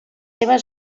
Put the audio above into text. les